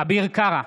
אביר קארה,